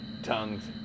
Tongues